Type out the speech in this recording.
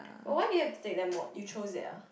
but why did you have to take that mod you chose it ah